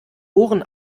ohren